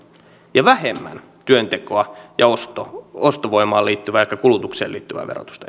ja vähemmän työntekoa ja ostovoimaan liittyvää ehkä kulutukseen liittyvää verotusta